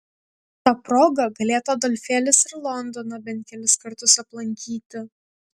ta proga galėtų adolfėlis ir londoną bent kelis kartus aplankyti